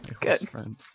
Good